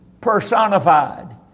personified